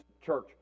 church